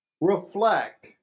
reflect